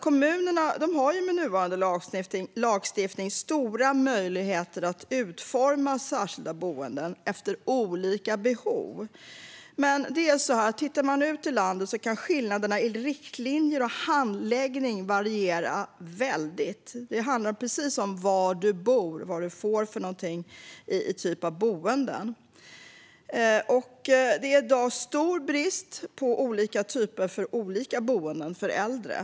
Kommunerna har med nuvarande lagstiftning stora möjligheter att utforma särskilda boenden efter olika behov. Ute i landet kan dock skillnaderna i riktlinjer och handläggning variera väldigt. Vad du får för typ av boende beror på var du bor. Det är i dag stor brist på olika typer av boenden för äldre.